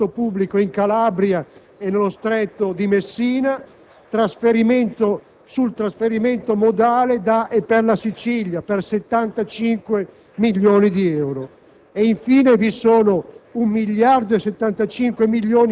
una iniziativa importante per il miglioramento del trasporto pubblico in Calabria e nello Stretto di Messina, sul trasferimento modale da e per la Sicilia per 75 milioni di euro;